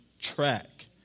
track